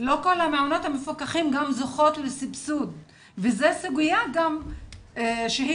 לא כל המעונות המפוקחים זוכים לסבסוד וזו סוגיה שהיא